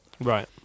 Right